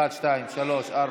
ויש את מלכיאלי.